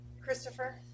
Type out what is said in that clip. Christopher